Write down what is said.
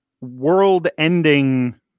world-ending